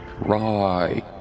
Right